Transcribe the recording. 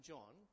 John